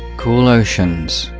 cool oceans.